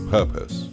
Purpose